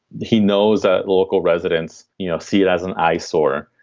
he knows that local residents you know see it as an eyesore.